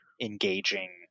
engaging